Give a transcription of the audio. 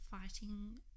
fighting